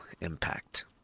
impact